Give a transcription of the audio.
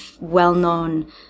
well-known